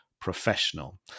professional